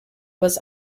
was